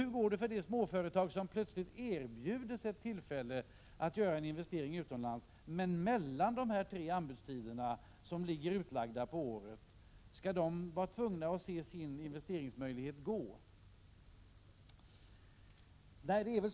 Hur går det för de småföretag som plötsligt erbjuds ett tillfälle att göra en investering utomlands mellan de tre anbudstiderna som ligger utlagda på året? Skall dessa företag vara tvungna att se sin investeringsmöjlighet gå om intet?